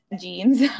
jeans